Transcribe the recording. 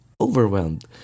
overwhelmed